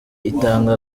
itanga